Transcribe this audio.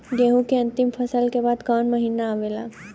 गेहूँ के अंतिम फसल के बाद कवन महीना आवेला?